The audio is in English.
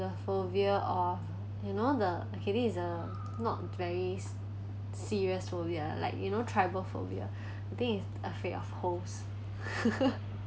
the phobia or you know the okay this is uh not very se~ serious phobia like you know trypophobia I think is afraid of holes